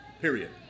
period